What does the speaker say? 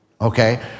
okay